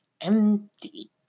empty